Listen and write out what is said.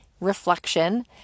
reflection